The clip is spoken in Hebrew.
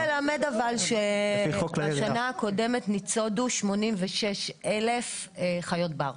אני יכולה ללמד אבל ששנה קודמת ניצודו 86,000 חיות בר.